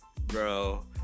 Bro